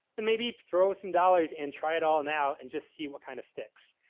and maybe throw some dollars and try it all now and just see what kind of sticks.